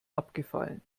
abgefallen